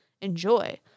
Enjoy